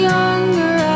younger